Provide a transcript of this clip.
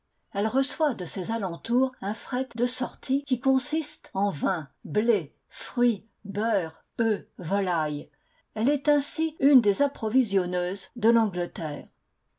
elle reçoit de ses alentours un fret de sortie qui consiste en vins blés fruits beurre œufs volailles elle est ainsi une des approvisionneuses de l'angleterre